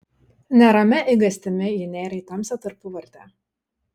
neramia eigastimi ji nėrė į tamsią tarpuvartę